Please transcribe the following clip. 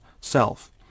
self